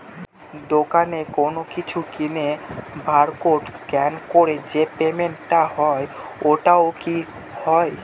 দোকানে কোনো কিছু কিনে বার কোড স্ক্যান করে যে পেমেন্ট টা হয় ওইটাও কি হয়?